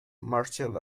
martial